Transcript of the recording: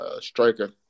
striker